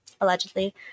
allegedly